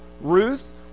Ruth